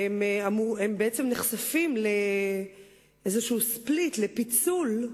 והם בעצם נחשפים לאיזה split, לפיצול,